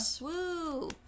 Woo